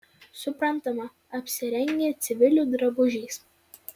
suprantama apsirengę civilių drabužiais